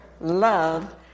love